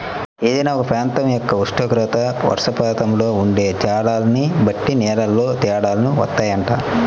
ఏదైనా ఒక ప్రాంతం యొక్క ఉష్ణోగ్రత, వర్షపాతంలో ఉండే తేడాల్ని బట్టి నేలల్లో తేడాలు వత్తాయంట